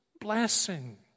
blessing